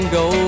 go